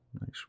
nice